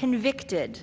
convicted